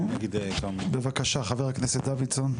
בבקשה, חבר הכנסת דוידסון.